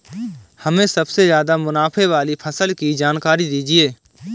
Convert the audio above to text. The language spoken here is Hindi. हमें सबसे ज़्यादा मुनाफे वाली फसल की जानकारी दीजिए